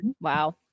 Wow